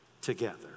together